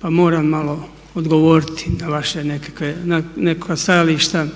pa moram malo odgovoriti na vaše nekakve, neka stajališta